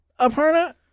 Aparna